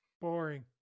Boring